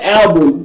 album